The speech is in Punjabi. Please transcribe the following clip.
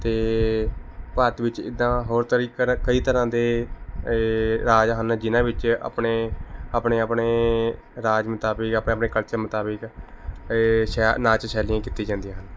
ਅਤੇ ਭਾਰਤ ਵਿਚ ਇੱਦਾਂ ਹੋਰ ਤਰੀਕਰ ਕਈ ਤਰ੍ਹਾਂ ਦੇ ਇਹ ਰਾਜ ਹਨ ਜਿਹਨਾਂ ਵਿੱਚ ਆਪਣੇ ਆਪਣੇ ਆਪਣੇ ਰਾਜ ਮੁਤਾਬਿਕ ਆਪਣੇ ਆਪਣੇ ਖਰਚੇ ਮੁਤਾਬਿਕ ਇਹ ਸ਼ਿਆ ਨਾਚ ਸ਼ੈਲੀਆਂ ਕੀਤੀਆਂ ਜਾਂਦੀਆਂ ਹਨ